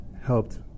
helped